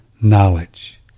Knowledge